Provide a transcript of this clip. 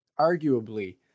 arguably